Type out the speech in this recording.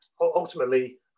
Ultimately